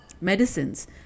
medicines